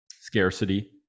scarcity